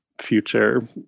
future